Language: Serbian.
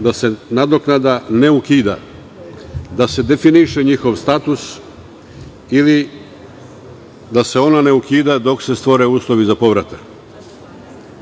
da se nadoknada ne ukida, da se definiše njihov status ili da se ona ne ukida dok se ne stvore uslovi za povratak. Želim